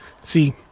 See